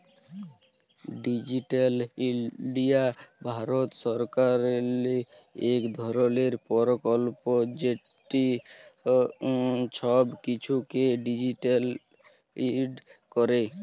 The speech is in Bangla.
ডিজিটাল ইলডিয়া ভারত সরকারেরলে ইক ধরলের পরকল্প যেট ছব কিছুকে ডিজিটালাইস্ড ক্যরে